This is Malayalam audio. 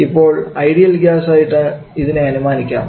ഇപ്പോൾ ഐഡിയൽ ഗ്യാസ് ആയിട്ട് ഇതിനെ അനുമാനിക്കാം